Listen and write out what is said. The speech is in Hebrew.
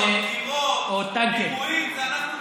אתם מכירים פיגועים,